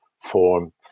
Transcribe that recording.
form